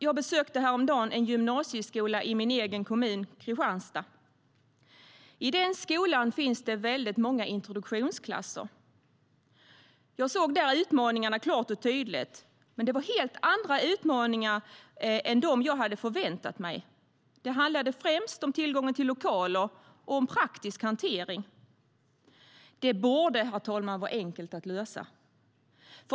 Jag besökte häromdagen en gymnasieskola i min hemkommun Kristianstad. I den skolan finns det väldigt många introduktionsklasser. Jag såg där utmaningarna klart och tydligt, men det var helt andra utmaningar än dem jag hade förväntat mig. Det handlade främst om tillgången till lokaler och om praktisk hantering. Det borde vara enkelt att lösa, herr talman.